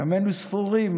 ימינו ספורים,